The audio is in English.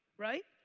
right?